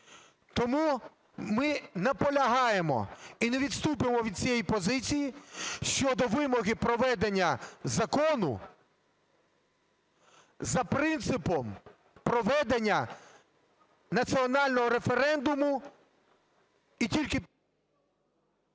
Тому ми наполягаємо і не відступимо від цієї позиції щодо вимоги проведення закону за принципом проведення національного референдуму і тільки…